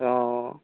অ'